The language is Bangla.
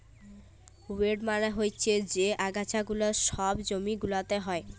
উইড মালে হচ্যে যে আগাছা গুলা সব জমি গুলাতে হ্যয়